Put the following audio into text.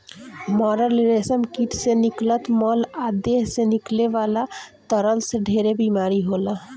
मरल रेशम कीट से निकलत मल आ देह से निकले वाला तरल से ढेरे बीमारी होला